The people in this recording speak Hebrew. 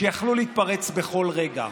שיכלו להתפרץ בכל רגע.